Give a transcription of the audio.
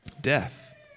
Death